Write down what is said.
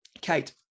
Kate